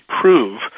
prove